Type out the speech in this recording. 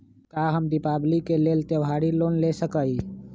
का हम दीपावली के लेल त्योहारी लोन ले सकई?